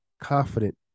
confident